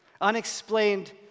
unexplained